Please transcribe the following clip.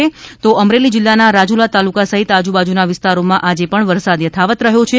દરમ્યાન અમરેલી જિલ્લાના રાજુલા તાલુકા સહિત આજુબાજુના વિસ્તારોમાં આજે પણ વરસાદ યથાવત રહ્યો છે